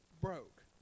broke